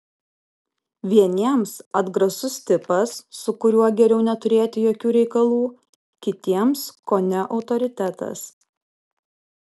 vieniems atgrasus tipas su kuriuo geriau neturėti jokių reikalų kitiems kone autoritetas